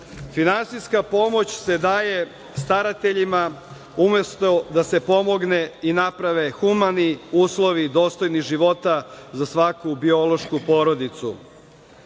Finansijska pomoć se daje starateljima, umesto da se pomogne i naprave humani uslovi dostojni života za svaku biološku porodicu. Što